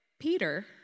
Peter